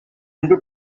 into